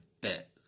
bet